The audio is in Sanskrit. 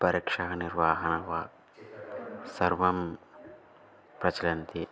परिक्षानिर्वहणं वा सर्वं प्रचलन्ति